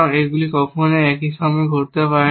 এগুলি কখনই একই সময়ে ঘটতে পারে না